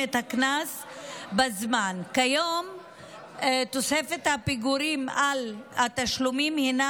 כיום תוספת הפיגורים על התשלומים הינה